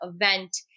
event